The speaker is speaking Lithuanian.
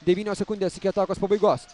devynios sekundės iki atakos pabaigos